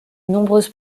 nombreuses